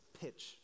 pitch